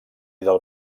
del